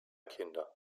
kinder